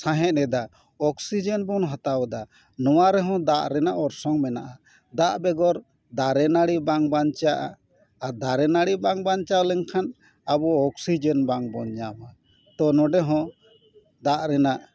ᱥᱟᱸᱦᱮᱫᱟ oxygen ᱵᱚᱱ ᱦᱟᱛᱟᱣ ᱮᱫᱟ ᱱᱚᱣᱟ ᱨᱮᱦᱚᱸ ᱫᱟᱜ ᱨᱮᱱᱟᱜ ᱚᱨᱟᱥᱚᱝ ᱢᱮᱱᱟᱜᱼᱟ ᱫᱟᱜ ᱵᱮᱜᱚᱨ ᱫᱟᱨᱮ ᱱᱟᱹᱲᱤ ᱵᱟᱝ ᱵᱟᱧᱪᱟᱜᱼᱟ ᱟᱨ ᱫᱟᱨᱮ ᱱᱟᱹᱲᱤ ᱵᱟᱝ ᱵᱟᱧᱪᱟᱣ ᱞᱮᱱᱠᱷᱟᱱ ᱟᱵᱚ ᱚᱠᱥᱤᱡᱮᱱ ᱵᱟᱝ ᱵᱚᱱ ᱧᱟᱢᱟ ᱛᱚ ᱱᱚᱰᱮ ᱦᱚᱸ ᱫᱟᱜ ᱨᱮᱱᱟᱜ